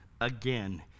Again